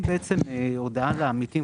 אפשר להוציא הודעה לעמיתים,